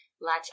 latch